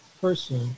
person